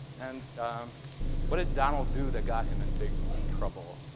and what did donald do that got him in big trouble?